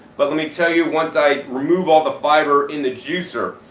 but let me tell you once i remove all the fiber in the juicer,